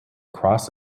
cross